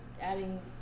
adding